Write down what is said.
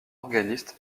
organiste